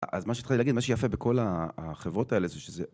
אז מה שהתחלתי להגיד, מה שיפה בכל החברות האלה זה שזה...